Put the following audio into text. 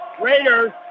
Raiders